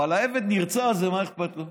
אבל העבד נרצע הזה, מה אכפת לו?